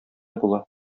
була